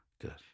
good